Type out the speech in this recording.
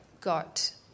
got